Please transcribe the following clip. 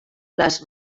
les